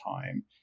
time